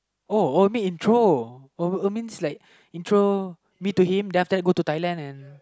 uh you mean intro oh oh means like intro me to him then after that go to Thailand and